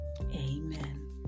amen